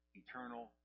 eternal